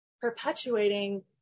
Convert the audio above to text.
perpetuating